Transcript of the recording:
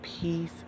peace